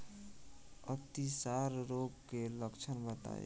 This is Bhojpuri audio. अतिसार रोग के लक्षण बताई?